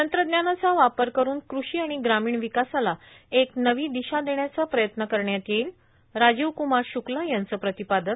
तंत्रज्ञानाचा वापर करून क्रषी आणि ग्रामीण विकासाला एक नवी दिशा देण्याचा प्रयत्न करण्यात येईल राजीवकुमार शुक्ला यांचं प्रतिपादन